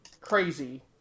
crazy